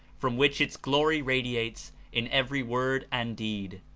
from which its glory radiates in every word and deed.